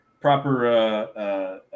proper